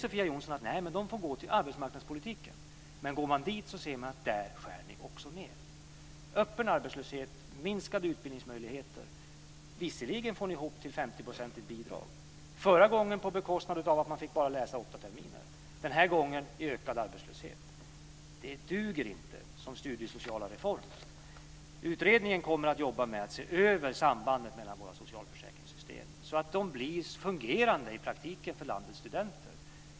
Sofia Jonsson säger att de får gå till arbetsmarknadspolitiken, men också där skär ni ju ned. Öppen arbetslöshet och minskade utbildningsmöjligheter är vad det handlar om. Visserligen får ni ihop till ett 50-procentigt bidrag. Förra gången var det på bekostnad av antalet studieterminer - man fick bara läsa åtta terminer. Den här gången handlar det om ökad arbetslöshet. Det här duger inte som studiesociala reformer! Utredningen kommer att se över sambandet mellan våra socialförsäkringssystem så att de i praktiken blir fungerande för landets studenter.